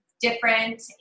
different